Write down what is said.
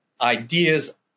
ideas